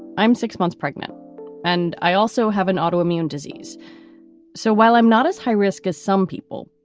i'm six months pregnant and i also have an autoimmune disease so while i'm not as high risk as some people,